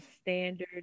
standard